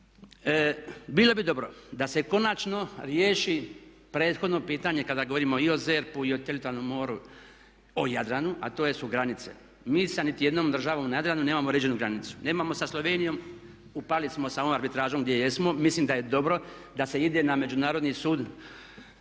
Bilo bi dobro da se konačno riješi prethodno pitanje kada govorimo i o ZERP-u i o teritorijalnom moru, o Jadranu, a to su granice. Mi sa niti jednom državnom na Jadranu nemamo uređenu granicu. Nemamo sa Slovenijom, upali smo sa onom arbitražom gdje jesmo. Mislim da je dobro da se ide na Međunarodni sud